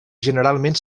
generalment